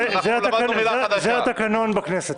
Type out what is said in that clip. זה התקנון בכנסת.